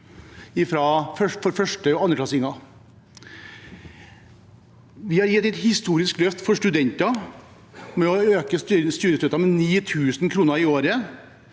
for første- og andreklassinger. Vi har gitt et historisk løft for studenter ved å øke studiestøtten med 9 000 kr i året,